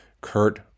Kurt